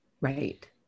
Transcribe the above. right